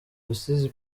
rusizi